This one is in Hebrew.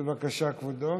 בבקשה, כבודו.